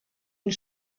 une